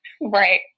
right